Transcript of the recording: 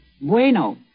Bueno